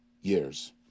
years